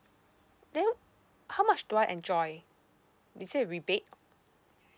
then how much do I enjoy is there a rebate